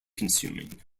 consuming